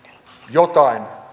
jotain